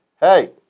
hey